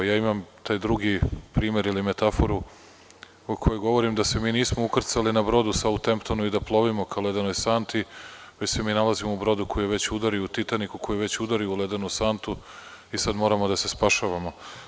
Ja imam taj drugi primer ili metaforu u kojoj govorim da se mi nismo ukrcali na brod u Sauthemptonu i da plovimo ka ledenoj santi, već se mi nalazimo u„Titaniku“ koji je već udario u ledenu santu i sada moramo da se spasavamo.